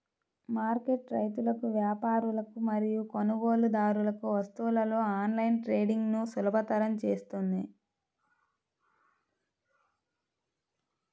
market రైతులకు, వ్యాపారులకు మరియు కొనుగోలుదారులకు వస్తువులలో ఆన్లైన్ ట్రేడింగ్ను సులభతరం చేస్తుంది